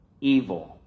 evil